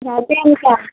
جاتے ہیں